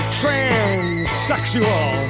transsexual